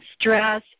stress